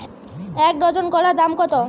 এক ডজন কলার দাম কত?